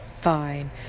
fine